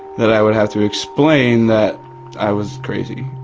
that i would have to explain that i was crazy.